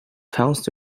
pounced